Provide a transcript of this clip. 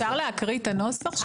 אפשר להקריא את הנוסח?